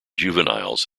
juveniles